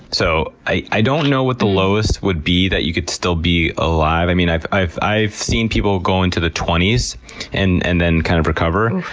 so i don't know what the lowest would be that you could still be alive. i mean, i've i've seen people go into the twenties and and then kind of recover.